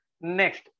Next